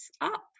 up